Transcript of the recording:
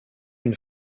une